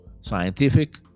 scientific